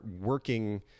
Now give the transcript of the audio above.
working